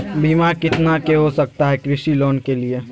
बीमा कितना के हो सकता है कृषि लोन के लिए?